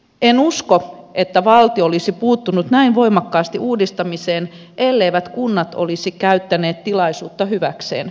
en usko että valtio olisi puuttunut näin voimakkaasti uudistamiseen elleivät kunnat olisi käyttäneet tilaisuutta hyväksi